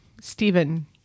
Stephen